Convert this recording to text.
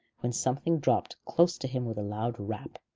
when something dropped close to him with a loud rap,